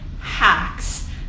hacks